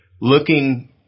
looking